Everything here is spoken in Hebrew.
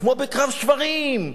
כמו בקרב שוורים.